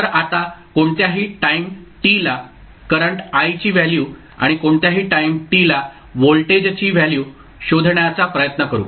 तर आता कोणत्याही टाईम t ला करंट i ची व्हॅल्यू आणि कोणत्याही टाईम t ला व्होल्टेजची व्हॅल्यू शोधण्याचा प्रयत्न करू